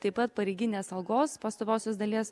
taip pat pareiginės algos pastoviosios dalies